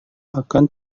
akan